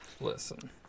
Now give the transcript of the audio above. Listen